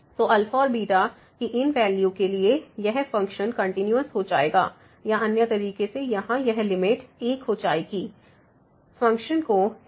तो और की इन वैल्यू के लिए यह फ़ंक्शन कंटिन्यूस हो जाएगा या अन्य तरीके से यहां यह लिमिट α tan xβsin xx3 1 हो जाएगी